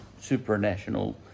supranational